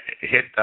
hit –